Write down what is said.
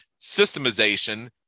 systemization